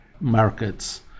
markets